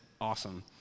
awesome